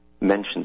mentioned